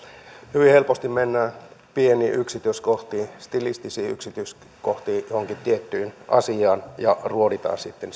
hyvin helposti mennään pieniin yksityiskohtiin stilistisiin yksityiskohtiin johonkin tiettyyn asiaan ja ruoditaan sitten